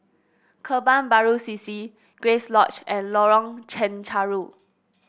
Kebun Baru C C Grace Lodge and Lorong Chencharu